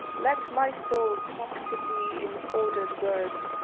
let my soul talk to thee in ordered words,